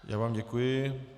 Já vám děkuji.